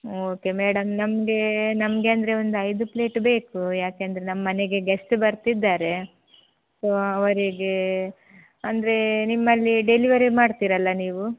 okay madam ನಮಗೆ ನಮಗೆ ಅಂದರೆ ಒಂದು ಐದು ಪ್ಲೇಟ್ ಬೇಕು ಯಾಕಂದ್ರೆ ನಮ್ಮನೆಗೆ ಗೆಸ್ಟ್ ಬರ್ತಿದ್ದಾರೆ ಸೋ ಅವರಿಗೆ ಅಂದರೆ ನಿಮ್ಮಲ್ಲಿ ಡೆಲಿವರಿ ಮಾಡ್ತಿರಲ್ಲ ನೀವು